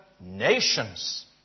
nations